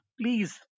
please